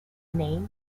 name